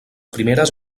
primeres